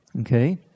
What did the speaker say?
Okay